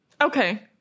Okay